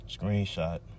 Screenshot